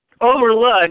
overlook